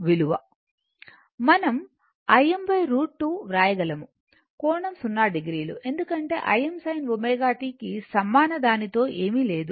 మనం Im √ 2 అని వ్రాయగలము కోణం 0 o ఎందుకంటే Im sin ω t కి సమాన దానితో ఏమీ లేదు